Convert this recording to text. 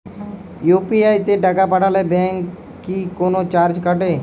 UPI তে টাকা পাঠালে ব্যাংক কি কোনো চার্জ কাটে?